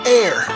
air